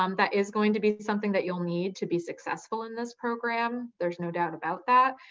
um that is going to be something that you'll need to be successful in this program, there's no doubt about that.